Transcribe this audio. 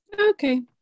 Okay